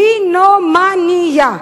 "קומבינומניה".